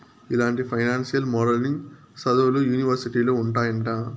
ఇలాంటి financial modelling సదువులు యూనివర్సిటీలో ఉంటాయంట